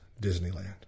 Disneyland